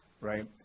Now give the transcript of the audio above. right